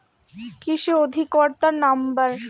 কৃষি অধিকর্তার নাম্বার?